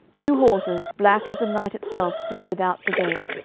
two horses black as the night itself stood without the gate,